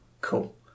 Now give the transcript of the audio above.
Cool